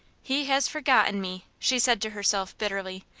he has forgotten me! she said to herself, bitterly.